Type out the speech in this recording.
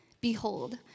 behold